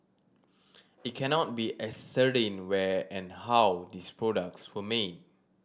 it cannot be ascertained where and how these products were made